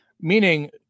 Meaning